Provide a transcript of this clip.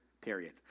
period